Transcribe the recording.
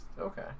okay